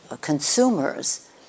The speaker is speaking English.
consumers